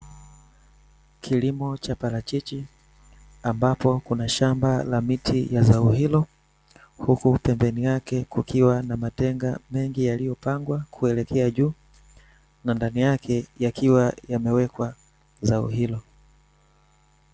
Kilimo cha parachichi ambapo kuna shamba la miti ya zao hilo huku pembeni yake kukiwa na matenga mengi yaliyopangwa kuelekea juu na ndani yake yakiwa yamewekwa zao hilo.